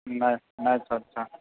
नहि नहि चलतै